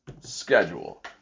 schedule